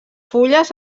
fulles